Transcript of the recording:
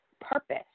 purpose